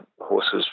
horses